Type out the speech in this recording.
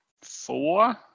Four